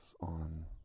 on